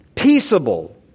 Peaceable